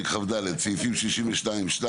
סעיפים 62(2),